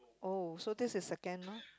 oh so this is second mah